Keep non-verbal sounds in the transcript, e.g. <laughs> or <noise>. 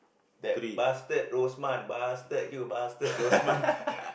that bastard Rosman bastard you bastard Rosman <laughs>